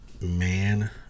man